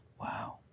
Wow